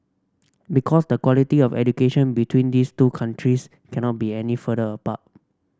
because the quality of education between these two countries cannot be any further apart